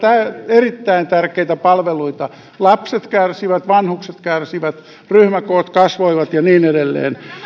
erittäin tärkeitä palveluita lapset kärsivät vanhukset kärsivät ryhmäkoot kasvoivat